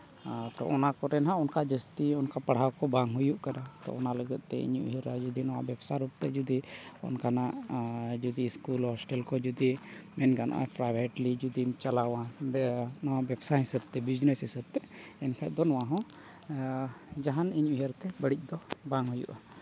ᱚᱱᱟ ᱠᱚᱨᱮ ᱦᱚᱸ ᱚᱱᱠᱟ ᱡᱟᱹᱥᱛᱤ ᱚᱱᱠᱟ ᱯᱟᱲᱦᱟᱣ ᱠᱚ ᱵᱟᱝ ᱦᱩᱭᱩᱜ ᱠᱟᱱᱟ ᱛᱳ ᱚᱱᱟ ᱞᱟᱹᱜᱤᱫ ᱛᱮ ᱤᱧ ᱩᱭᱦᱟᱹᱨᱟ ᱡᱩᱫᱤ ᱱᱚᱣᱟ ᱵᱮᱵᱽᱥᱟ ᱨᱩᱯᱛᱮ ᱡᱩᱫᱤ ᱚᱱᱠᱟᱱᱟᱜ ᱥᱠᱩᱞ ᱦᱚᱥᱴᱮᱞ ᱠᱚ ᱡᱩᱫᱤ ᱢᱮᱱ ᱜᱟᱱᱚᱜᱼᱟ ᱯᱨᱟᱭᱵᱷᱮᱴᱞᱤ ᱡᱩᱫᱤᱢ ᱪᱟᱞᱟᱣᱟ ᱱᱚᱣᱟ ᱵᱮᱵᱽᱥᱟ ᱦᱤᱥᱟᱹᱵ ᱛᱮ ᱵᱤᱡᱽᱱᱮᱥ ᱦᱤᱥᱟᱹᱵ ᱛᱮ ᱮᱱᱠᱷᱟᱡ ᱫᱚ ᱱᱚᱣᱟ ᱦᱚᱸ ᱡᱟᱦᱟᱱ ᱤᱧ ᱩᱭᱦᱟᱹᱨ ᱛᱮ ᱵᱟᱹᱲᱤᱡ ᱫᱚ ᱵᱟᱝ ᱦᱩᱭᱩᱜᱼᱟ